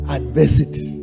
adversity